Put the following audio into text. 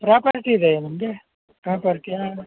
property ಇದೆಯಾ ನಿಮಗೆ ಪ್ರೊಪರ್ಟಿಯಾ